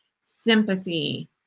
sympathy